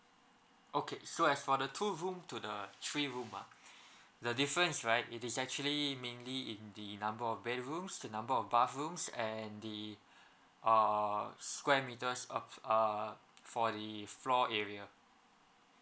okay so as for the two room to the three room ah the difference right it is actually mainly in the number of bedrooms the number of bathrooms and the err square meters of err for the floor area